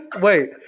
Wait